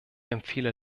empfehle